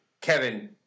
Kevin